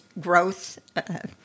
growth